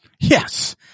Yes